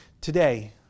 Today